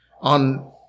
on